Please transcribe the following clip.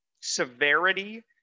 severity